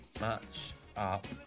Match-up